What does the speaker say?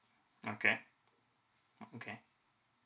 okay okay